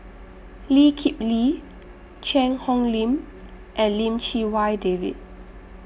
Lee Kip Lee Cheang Hong Lim and Lim Chee Wai David